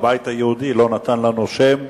מהבית היהודי לא נתנו לנו שם,